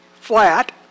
flat